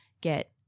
get